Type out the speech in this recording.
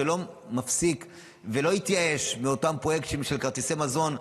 שלא מפסיק ולא מתייאש מאותם פרויקטים של כרטיסי מזון,